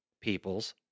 peoples